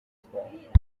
sports